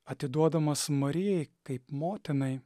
atiduodamas marijai kaip motinai